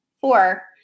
Four